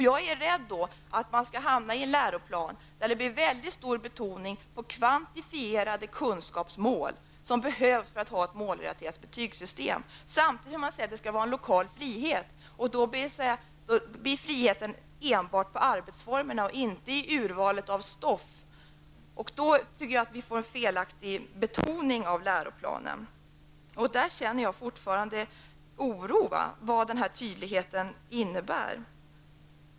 Jag är rädd att det skall ge en läroplan där betoningen blir mycket stor på kvantifierade kunskapsmål som behövs för ett målrelaterat betygssystem. Samtidigt säger man att det skall råda en lokal frihet. Då kopplas friheten enbart till arbetsformerna och inte till urvalet av stoff. Därmed tycker jag att läroplanen får en felaktig betoning. I det fallet känner jag fortfarande oro för vad tydligheten innebär.